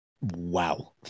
Wow